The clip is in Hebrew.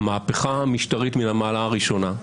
אבל זו מהפכה משטרית מן המעלה הראשונה.